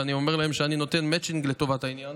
ואני אומר להם שאני נותן מצ'ינג לטובת העניין,